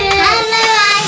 Hello